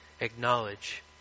acknowledge